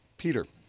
peter.